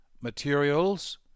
materials